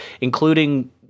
including